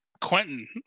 Quentin